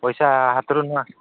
ପଇସା ହାତରୁ ନୂଆ